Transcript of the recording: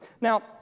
Now